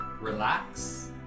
relax